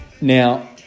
Now